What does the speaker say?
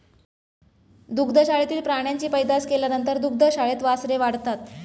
दुग्धशाळेतील प्राण्यांची पैदास केल्यानंतर दुग्धशाळेत वासरे वाढतात